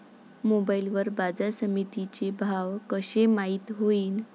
Mobile वर बाजारसमिती चे भाव कशे माईत होईन?